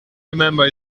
remember